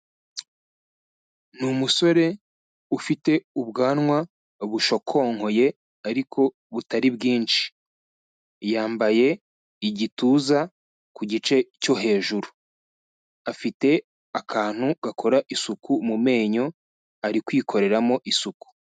Ni umusore ufite ubwanwa bushokonkoye ariko butari bwinshi, yambaye igituza ku gice cyo hejuru, afite akantu gakora isuku mu menyo ari kwikoreramo isuku.